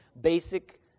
basic